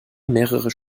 mehrere